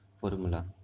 formula